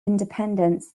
independence